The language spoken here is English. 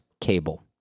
cable